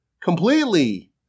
completely